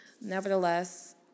nevertheless